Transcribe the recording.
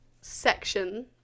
section